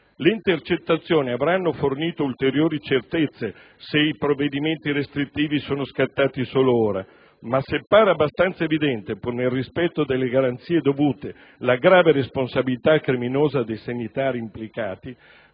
Le intercettazioni avranno fornito ulteriori certezze, se i provvedimenti restrittivi sono scattati solo ora; ma se pare abbastanza evidente, pur nel rispetto delle garanzie dovute, la grave responsabilità criminosa dei sanitari implicati